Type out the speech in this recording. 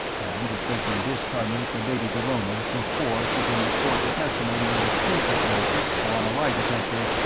and if they can discarnate the lady dallona before she can record her testimony under truth hypnosis or on a lie detector,